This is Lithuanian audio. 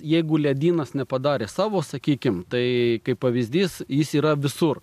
jeigu ledynas nepadarė savo sakykim tai kaip pavyzdys jis yra visur